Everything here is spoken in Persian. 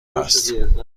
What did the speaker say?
است